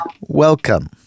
welcome